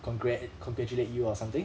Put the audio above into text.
congrat~ congratulate you or something